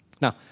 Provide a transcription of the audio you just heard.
Now